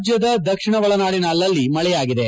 ರಾಜ್ಯದ ದಕ್ಷಿಣ ಒಳನಾಡಿನ ಅಲಲ್ಲಿ ಮಳೆಯಾಗಿದೆ